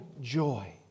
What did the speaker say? joy